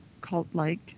cult-like